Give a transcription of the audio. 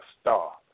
star